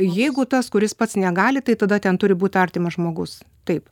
jeigu tas kuris pats negali tai tada ten turi būti artimas žmogus taip